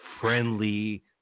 friendly